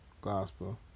Gospel